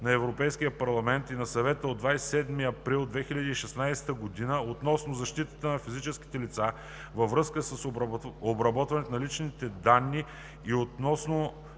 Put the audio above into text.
на Европейския парламент и на Съвета от 27 април 2016 година относно защитата на физическите лица във връзка с обработването на лични данни и относно